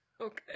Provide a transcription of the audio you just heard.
Okay